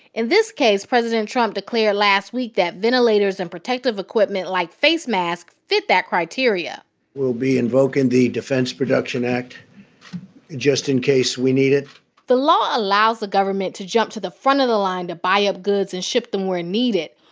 in this case, president trump declared last week that ventilators and protective equipment like face masks fit that criteria we'll be invoking the defense production act just in case we need it the law allows the government to jump to the front of the line to buy up goods and ship them where needed.